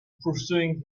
pursuing